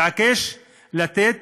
מתעקש לתת,